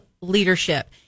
Leadership